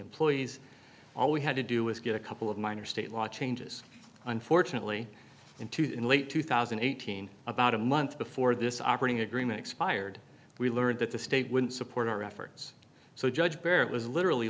employees all we had to do was get a couple of minor state law changes unfortunately into that in late two thousand and eighteen about a month before this operating agreement expired we learned that the state wouldn't support our efforts so judge barrett was literally